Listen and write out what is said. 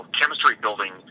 chemistry-building